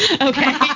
okay